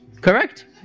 Correct